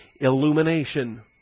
illumination